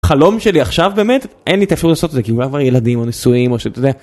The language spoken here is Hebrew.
חלום שלי עכשיו באמת, אין לי את האפשרות לעשות את זה, כאילו לכולם כבר ילדים או נשואים או שאתה יודע...